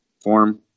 form